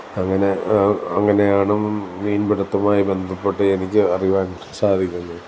അങ്ങനെ അങ്ങനെയാണ് മീൻ പിടുത്തവുമായി ബന്ധപ്പെട്ട് എനിക്ക് അറിയുവാൻ സാധിക്കുന്നത്